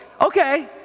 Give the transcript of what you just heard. okay